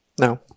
no